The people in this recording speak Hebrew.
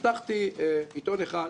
פתחתי עיתון אחד,